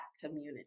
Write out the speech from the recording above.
community